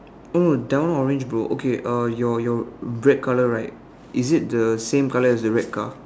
oh no that one orange bro okay uh your your red colour right is it the same colour as the red colour car